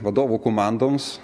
vadovų komandoms